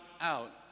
out